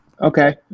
Okay